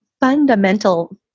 fundamental